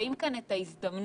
ומזהים כאן את ההזדמנות